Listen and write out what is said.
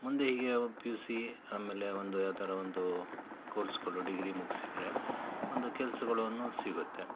ಮುಂದೆ ಹೀಗೆ P U C ಆಮೇಲೆ ಒಂದು ಯಾವ್ದಾರ ಒಂದು ಕೋರ್ಸ್ಗಳು ಡಿಗ್ರಿ ಮುಗಿಸಿದ್ರೆ ಒಂದು ಕೆಲ್ಸಗಳನ್ನು ಸಿಗುತ್ತೆ